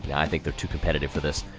yeah i think they're too competitive for this.